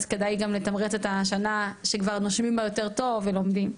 אז כדאי גם לתמרץ את השנה שכבר נושמים בה יותר טוב ולומדים.